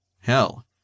Hell